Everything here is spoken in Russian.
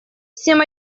всем